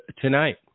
tonight